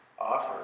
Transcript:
offer